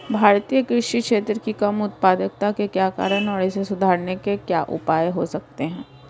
भारतीय कृषि क्षेत्र की कम उत्पादकता के क्या कारण हैं और इसे सुधारने के उपाय क्या हो सकते हैं?